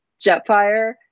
Jetfire